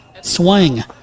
Swing